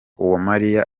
uwamariya